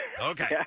Okay